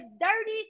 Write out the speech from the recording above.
dirty